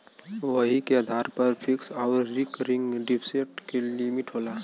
वही के आधार पर फिक्स आउर रीकरिंग डिप्सिट के लिमिट होला